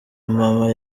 mama